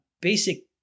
basic